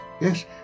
yes